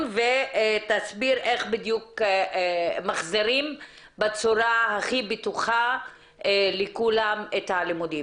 ותסביר איך בדיוק מחזירים בצורה הכי בטוחה לכולם את הלימודים.